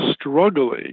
struggling